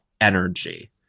energy